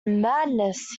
madness